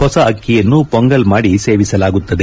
ಹೊಸ ಅಕ್ಕಿಯನ್ನು ಪೊಂಗಲ್ ಮಾಡಿ ಸೇವಿಸಲಾಗುತ್ತದೆ